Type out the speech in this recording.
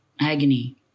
agony